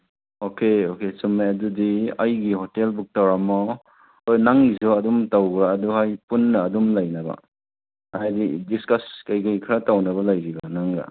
okay okay ꯆꯨꯝꯃꯦ ꯑꯗꯨꯗꯤ ꯑꯩꯒꯤ ꯍꯣꯇꯦꯜ ꯕꯨꯛ ꯇꯧꯔꯝꯃꯣ ꯑꯗꯣ ꯅꯪꯒꯤꯁꯨ ꯑꯗꯨꯝ ꯇꯧꯋꯣ ꯑꯗꯣ ꯑꯩ ꯄꯨꯟꯅ ꯑꯗꯨꯝ ꯂꯩꯅꯕ ꯍꯥꯏꯗꯤ ꯗꯤꯁꯀꯁ ꯀꯩꯀꯩ ꯈꯔ ꯇꯧꯅꯕ ꯂꯩꯔꯤꯕ ꯅꯪꯒ